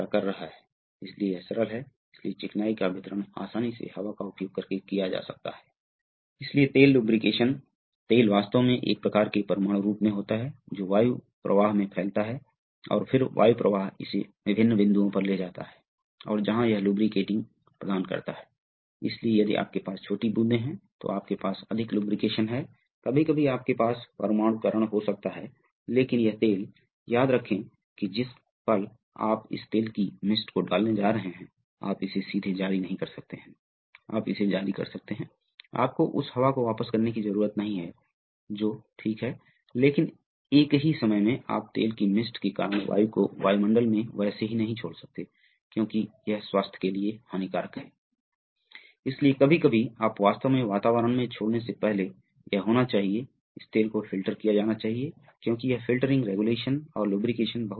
अगला है आप यहाँ देखते हैं टार्क का निर्माण देखने को मिलता है आप देखते हैं कि यह टार्क का निर्माण है इसलिए जब ऐसा होता है तो आप यहाँ एक एस पोल बनाते हैं और फिर एन पोल बनाते हैं और एन पोल यहाँ कि जिस तरह से घाव है इसलिए और इसलिए क्या होता है अब आपके पास यह पोल शू है इसलिए यदि आप इस तरह से धाराएं भेजते हैं तो यह रेपल होने वाला है और आकर्षित करने जा रहा है इसलिए स्टाल्कर थोड़ा झुकेगा यहाँ थोड़ा झुकाव होगा और यह झुकाव है जो होगा यह जुड़ा हुआ है यह फ्लैपर फ्लैपर प्लेट है इसलिए यह वह तरीका है जिससे आप फ्लैपर को नियंत्रित करते हैं